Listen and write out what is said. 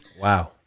wow